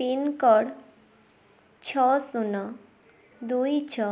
pincode ଛଅ ଶୂନ ଦୁଇ ଛଅ